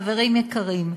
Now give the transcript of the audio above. חברים יקרים,